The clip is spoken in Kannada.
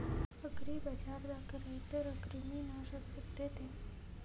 ಅಗ್ರಿಬಜಾರ್ದಾಗ ರೈತರ ಕ್ರಿಮಿ ನಾಶಕ ಸಿಗತೇತಿ ಏನ್?